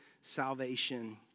salvation